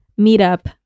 meetup